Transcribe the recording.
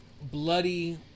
bloody